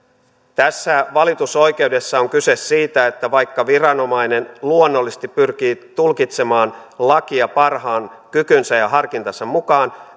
tässä valitusoikeudessa on kyse siitä että vaikka viranomainen luonnollisesti pyrkii tulkitsemaan lakia parhaan kykynsä ja harkintansa mukaan